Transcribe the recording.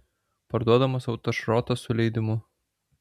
parduodamas autošrotas su leidimu